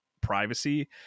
privacy